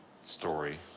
story